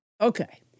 Okay